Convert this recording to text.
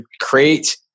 create